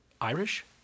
Irish